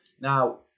Now